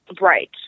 right